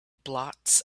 blots